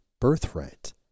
birthright